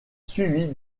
suivie